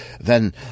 then